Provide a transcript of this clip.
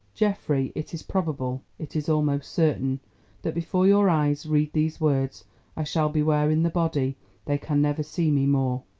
geoffrey, it is probable it is almost certain that before your eyes read these words i shall be where in the body they can never see me more.